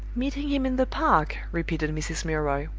meeting him in the park! repeated mrs. milroy,